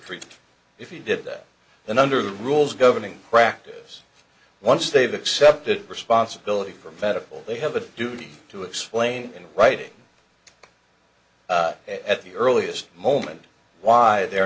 treatment if he did that then under the rules governing practice once they've accepted responsibility for federal they have a duty to explain in writing at the earliest moment why they're